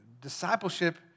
Discipleship